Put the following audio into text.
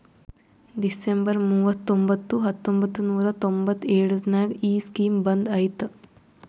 December ಮೂವತೊಂಬತ್ತು ಹತ್ತೊಂಬತ್ತು ನೂರಾ ತೊಂಬತ್ತು ಎಳುರ್ನಾಗ ಈ ಸ್ಕೀಮ್ ಬಂದ್ ಐಯ್ತ